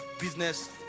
business